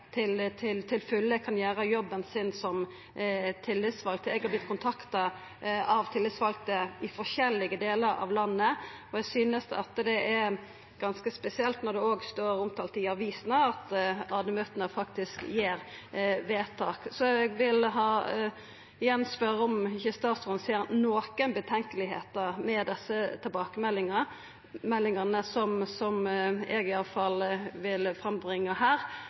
til fulle kan gjera jobben sin som tillitsvalde. Eg har vorte kontakta av tillitsvalde frå forskjellige delar av landet, og eg synest det er ganske spesielt når det òg står omtalt i avisene at AD-møta faktisk gjer vedtak. Så eg vil igjen spørja om ikkje statsråden ser noko problematisk ved desse tilbakemeldingane, som eg i alle fall bringar fram her,